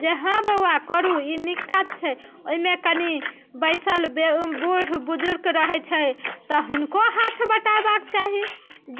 जे हँ बौआ करू ई नीक काज छै ओहिमे कनी बैसल बूढ़ बुजुर्ग रहैत छै तऽ हुनको हाथ बँटाबक चाही